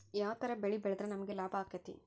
ಯಾವ ತರ ಬೆಳಿ ಬೆಳೆದ್ರ ನಮ್ಗ ಲಾಭ ಆಕ್ಕೆತಿ?